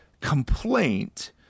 complaint